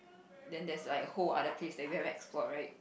then there's like whole other place that we haven't explore right